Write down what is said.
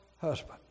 husband